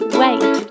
wait